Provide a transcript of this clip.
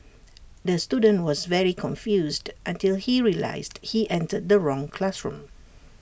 the student was very confused until he realised he entered the wrong classroom